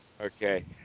okay